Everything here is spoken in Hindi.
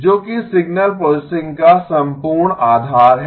जो कि सिग्नल प्रोसेसिंग का संपूर्ण आधार है